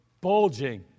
bulging